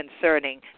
concerning